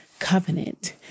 covenant